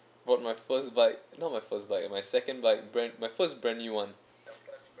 bought my first bike not my first bike my second bike brand my first brand new one